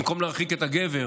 במקום להרחיק את הגבר,